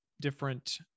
different